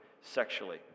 sexually